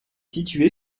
située